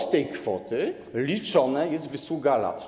Od tej kwoty liczona jest wysługa lat.